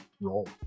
roll